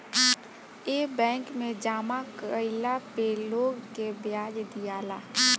ए bank मे जामा कइला पे लोग के ब्याज दियाला